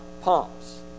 pumps